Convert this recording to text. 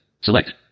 select